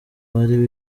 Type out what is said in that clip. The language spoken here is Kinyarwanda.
bari